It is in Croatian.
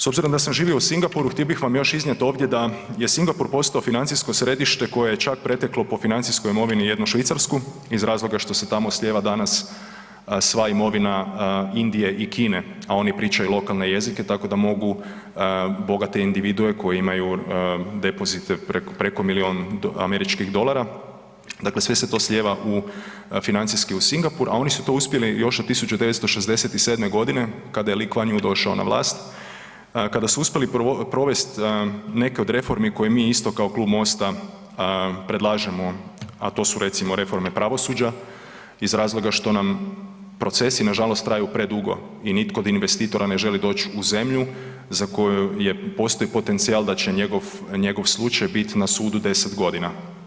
S obzirom da sam živio u Singapuru htio bih vam još iznijet ovdje da je Singapur postao financijsko središte koje je čak preteklo po financijskoj imovini jednu Švicarsku iz razloga što se tamo slijeva danas sva imovina Indije i Kine, a oni pričaju lokalne jezike tako da mogu bogate individue koje imaju depozit preko milijun američkih dolara, dakle sve se to slijeva financijski u Singapur, a oni su to uspjeli još od 1967. godine kada je … došao na vlast, kada su uspjeli provest neke od reformi koje mi isto kao klub Mosta predlažemo, a to su recimo reforme pravosuđa iz razloga što nam procesi nažalost traju predugo i nitko od investitora ne želi doć u zemlju za koju postoji potencijal da će njegov slučaj bit na sudu 10 godina.